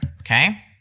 Okay